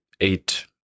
eight